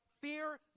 fear